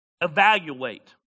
evaluate